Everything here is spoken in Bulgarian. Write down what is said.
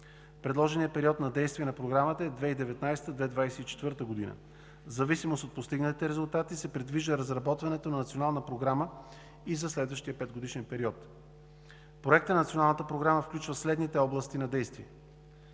Предложеният период на действие на Програмата е 2019 – 2024 г. В зависимост от постигнатите резултати, се предвижда разработването на национална програма и за следващия петгодишен период. Проектът на Националната програма включва следните области на действие: